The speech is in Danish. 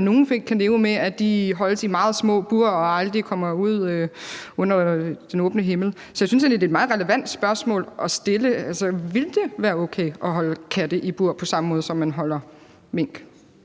nogle fint kan leve med, at de holdes i meget små bure og aldrig kommer ud under den åbne himmel. Så jeg synes egentlig, det er et meget relevant spørgsmål at stille, altså ville det være okay at holde katte i bur på samme måde, som man f.eks. holder mink?